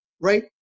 Right